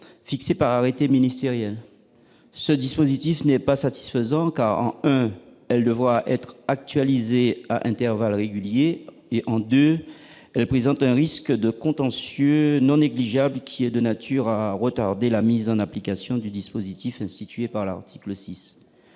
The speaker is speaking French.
fixé par arrêté ministériel, ce dispositif n'est pas satisfaisant quand elle le voit être actualisé à intervalles réguliers en 2 et présente un risque de contentieux non négligeable, qui est de nature à retarder la mise en application du dispositif institué par l'article 6,